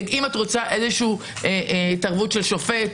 ואם את רוצה התערבות של שופט,